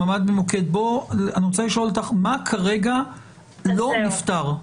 אני רוצה לשאול אותך מה כרגע לא נפתר.